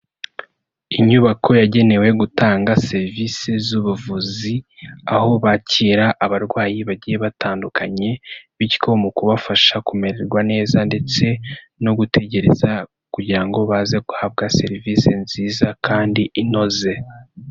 Inyubako yagenewe gutanga serivisi z'ubuvuzi, aho bakira abarwayi bagiye batandukanye bityo mu kubafasha kumererwa neza ndetse no gutegereza kugira ngo baze guhabwa serivisi nziza kandi inoze.